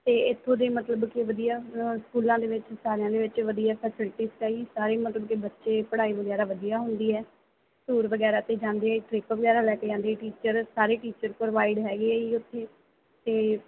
ਅਤੇ ਇੱਥੋਂ ਦੇ ਮਤਲਬ ਕਿ ਵਧੀਆ ਸਕੂਲਾਂ ਦੇ ਵਿੱਚ ਸਾਰਿਆਂ ਦੇ ਵਿੱਚ ਵਧੀਆ ਫਸਿਲਟੀ ਸਹੀ ਸਾਰੇ ਮਤਲਬ ਕਿ ਬੱਚੇ ਪੜ੍ਹਾਈ ਵਗੈਰਾ ਵਧੀਆ ਹੁੰਦੀ ਹੈ ਟੂਰ ਵਗੈਰਾ 'ਤੇ ਜਾਂਦੇ ਟ੍ਰਿਪ ਵਗੈਰਾ ਲੈ ਕੇ ਜਾਂਦੇ ਹੈ ਟੀਚਰ ਸਾਰੇ ਟੀਚਰ ਪ੍ਰੋਵਾਈਡ ਹੈਗੇ ਹੈ ਜੀ ਉੱਥੇ ਅਤੇ